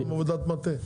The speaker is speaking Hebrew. עוד עבודת מטה?